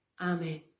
Amen